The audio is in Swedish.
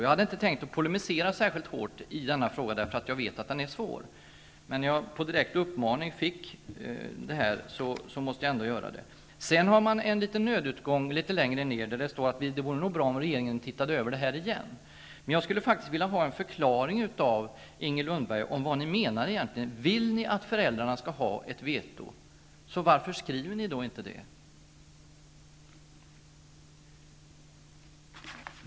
Jag hade inte tänkt att polemisera särskilt hårt i denna fråga, eftersom jag vet att den är svår. Men när jag fick en direkt uppmaning måste jag ändå göra det. Litet längre ned i reservationen har man en nödutgång, där det står att det nog vore bra om regeringen tittade över detta igen. Men jag skulle faktiskt vilja ha en förklaring av Inger Lundberg vad Socialdemokraterna egentligen menar. Om ni vill att föräldrarna skall ha ett veto, undrar jag varför ni inte skriver det.